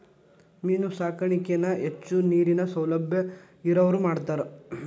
main ಸಾಕಾಣಿಕೆನ ಹೆಚ್ಚು ನೇರಿನ ಸೌಲಬ್ಯಾ ಇರವ್ರ ಮಾಡ್ತಾರ